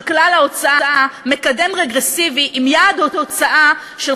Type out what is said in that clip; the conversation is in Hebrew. כלל ההוצאה מקדם רגרסיבי עם יעד הוצאה של